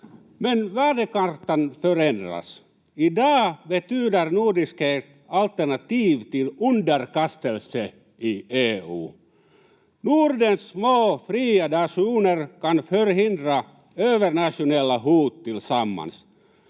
Men värdekartan förändras. I dag betyder nordiskhet ett alternativ till underkastelse i EU. Nordens små fria nationer kan förhindra övernationella hot tillsammans.